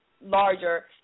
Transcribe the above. larger